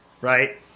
right